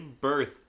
birth